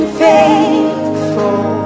faithful